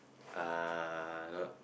ah no